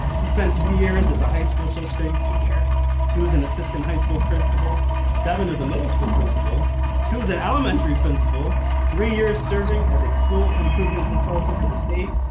he spent three years as a high school social so studies teacher to as an assistant high school principal seven as a middle school principal to as an elementary principal three years, serving as a school improvement consultant for the state.